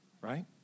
right